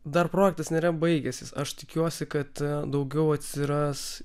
dar projektas nėra baigęsis aš tikiuosi kad daugiau atsiras